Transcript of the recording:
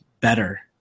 better